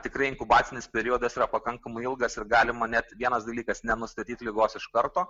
tikrai inkubacinis periodas yra pakankamai ilgas ir galima net vienas dalykas nenustatyt ligos iš karto